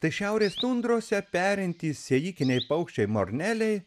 tai šiaurės tundrose perinti sėjikiniai paukščiai morneliai